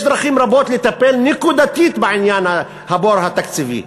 יש דרכים רבות לטפל נקודתית בעניין הבור התקציבי,